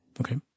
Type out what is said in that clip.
Okay